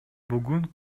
бүгүн